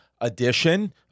edition